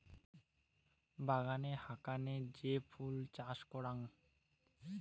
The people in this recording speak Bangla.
বাগানের হাকানে যে ফুল চাষ করাং